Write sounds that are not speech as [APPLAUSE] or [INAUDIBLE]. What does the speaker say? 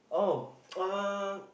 oh [NOISE] uh